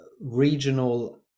regional